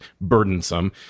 burdensome